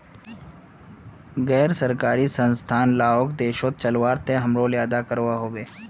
गैर सरकारी संस्थान लाओक देशोक चलवात अहम् रोले अदा करवा होबे